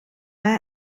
mij